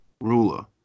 ruler